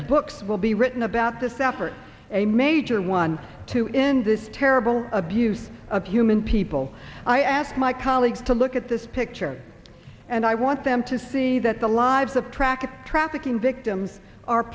books will be written about this effort a major one too in this terrible abuse of human people i asked my colleagues to look at this picture and i want them to see that the lives of track trafficking victims are